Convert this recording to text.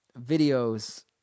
videos